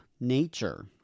nature